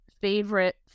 favorite